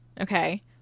Okay